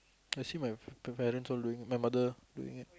I see my p~ parents all doing my mother doing it